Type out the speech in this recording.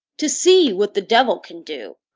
to see what the devil can do!